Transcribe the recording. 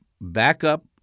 backup